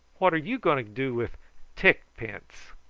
what are you going to do with tick pence?